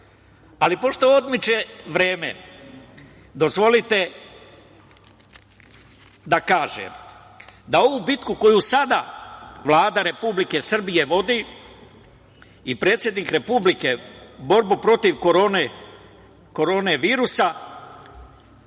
Ali pošto odmiče vreme, dozvolite da kažem da ovu bitku koju sada Vlada Republike Srbije vodi i predsednik Republike, borbu protiv Korona virusa,